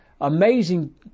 amazing